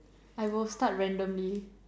I will start randomly